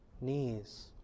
knees